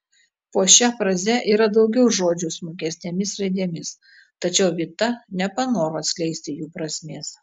po šia fraze yra daugiau žodžių smulkesnėmis raidėmis tačiau vita nepanoro atskleisti jų prasmės